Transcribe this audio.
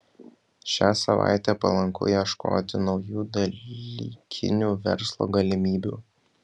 šią savaitę palanku ieškoti naujų dalykinių verslo galimybių